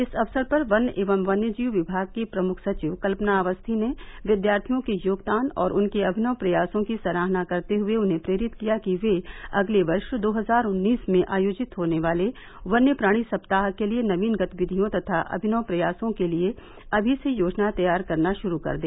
इस अक्सर पर वन एवं कन्यजीव विमाग की प्रमुख सचिव कल्पना अवस्थी ने विद्यार्थियों के योगदान और उनके अभिनव प्रयासों की सराहना करते हए उन्हें प्रेरित किया कि ये अगले वर्ष दो हजार उन्नीस में आयोजित होने वाले वन्य प्राणी सप्ताह के लिए नवीन गतिविधियों तथा अभिनव प्रयासों के लिए अभी से योजना तैयार करना शुरू कर दे